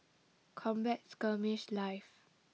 Combat Skirmish Live